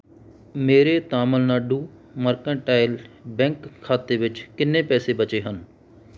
ਮੇਰੇ Tamil Nadu mercantile bank ਖਾਤੇ ਵਿੱਚ ਕਿੰਨੇ ਪੈਸੇ ਬਚੇ ਹਨ